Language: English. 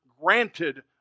granted